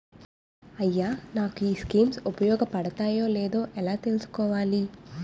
అయ్యా నాకు ఈ స్కీమ్స్ ఉపయోగ పడతయో లేదో ఎలా తులుసుకోవాలి?